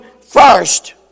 first